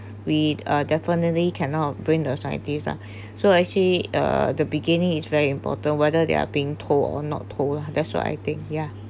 we definitely cannot bring the scientists lah so actually uh the beginning is very important whether they are being told or not told that's why I think yeah